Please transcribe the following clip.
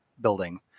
building